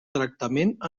tractament